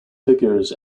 figures